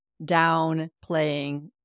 downplaying